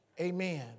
Amen